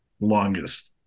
longest